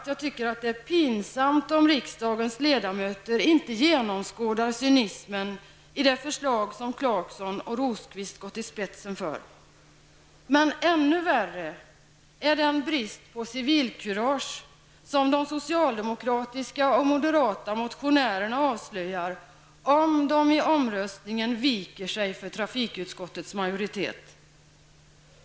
Jag tycker det är pinsamt om riksdagens ledamöter inte genomskådar cynismen i det förslag som Clarkson och Rosqvist gått i spetsen för. Men ännu värre är den brist på civilkurage som de socialdemokratiska och moderata motionärerna avslöjar om de i omröstningen viker sig för trafikutskottets majoritet.